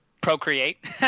procreate